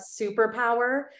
superpower